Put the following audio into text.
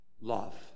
love